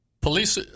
police